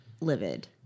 livid